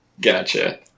Gotcha